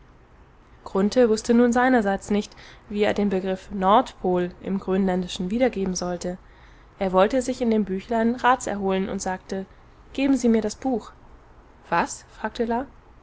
wußte nun seinerseits nicht wie er den begriff nordpol im grönländischen wiedergeben sollte er wollte sich in dem büchlein rats erholen und sagte geben sie mir das buch was fragte